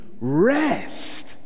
rest